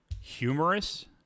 humorous